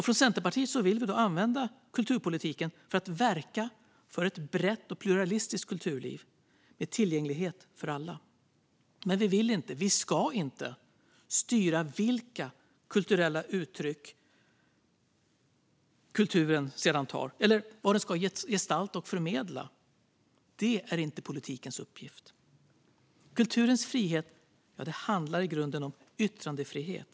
Från Centerpartiet vill vi använda kulturpolitiken för att verka för ett brett och pluralistiskt kulturliv med tillgänglighet för alla. Men vi vill inte, och ska inte, styra vilka kulturella uttryck kulturen sedan tar eller vad den ska gestalta och förmedla. Det är inte politikens uppgift. Kulturens frihet handlar i grunden om yttrandefrihet.